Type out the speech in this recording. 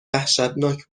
وحشتناک